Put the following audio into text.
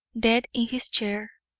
dead his chair!